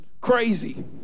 crazy